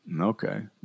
Okay